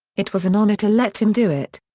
it was an honour to let him do it.